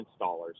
installers